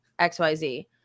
xyz